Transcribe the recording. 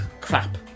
Crap